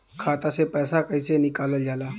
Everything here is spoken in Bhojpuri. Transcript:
खाता से पैसा कइसे निकालल जाला?